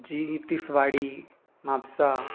जी तिसवाडी म्हापसा